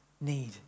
need